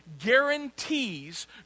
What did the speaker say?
guarantees